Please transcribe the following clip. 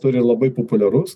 turi labai populiarus